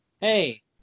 Hey